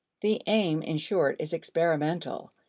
the aim, in short, is experimental,